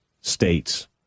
states